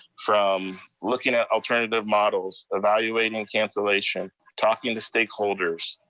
from looking at alternative models, evaluating cancellation, talking to stakeholders.